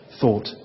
thought